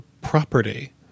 property